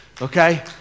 Okay